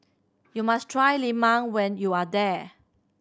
you must try lemang when you are there